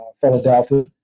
Philadelphia